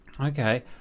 Okay